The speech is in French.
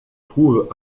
trouve